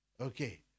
Okay